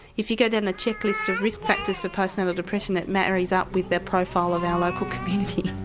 if you go down the check list of risk factors for postnatal depression that marries up with that profile of our local community.